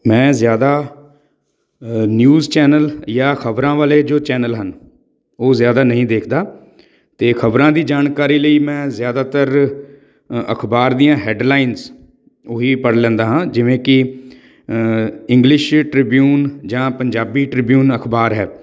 ਮੈਂ ਜ਼ਿਆਦਾ news channel ਜਾਂ ਖ਼ਬਰਾਂ ਵਾਲੇ ਜੋ ਚੈਨਲ ਹਨ ਉਹ ਜ਼ਿਆਦਾ ਨਹੀਂ ਦੇਖਦਾ ਅਤੇ ਖ਼ਬਰਾਂ ਦੀ ਜਾਣਕਾਰੀ ਲਈ ਮੈਂ ਜ਼ਿਆਦਾਤਰ ਅਖ਼ਬਾਰ ਦੀਆਂ ਹੈਡਲਾਈਨਜ ਉਹ ਹੀ ਪੜ੍ਹ ਲੈਂਦਾ ਹਾਂ ਜਿਵੇਂ ਕਿ ਇੰਗਲਿਸ਼ ਟ੍ਰਿਬਿਊਨ ਜਾਂ ਪੰਜਾਬੀ ਟ੍ਰਿਬਿਊਨ ਅਖ਼ਬਾਰ ਹੈ